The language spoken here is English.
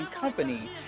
Company